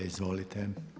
Izvolite.